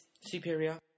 superior